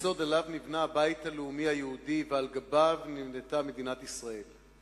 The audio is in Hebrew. הן היסוד שעליו נבנה הבית הלאומי היהודי ועל גביו נבנתה מדינת ישראל.